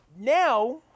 now